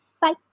Bye